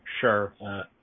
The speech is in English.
Sure